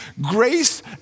grace